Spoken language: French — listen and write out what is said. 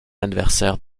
adversaire